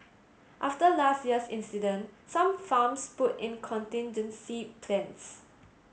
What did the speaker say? after last year's incident some farms put in contingency plans